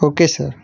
okay sir